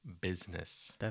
business